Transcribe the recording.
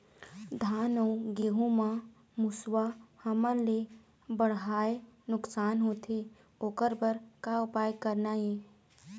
धान अउ गेहूं म मुसवा हमन ले बड़हाए नुकसान होथे ओकर बर का उपाय करना ये?